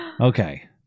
Okay